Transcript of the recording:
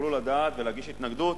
יוכלו לדעת ולהגיש התנגדות.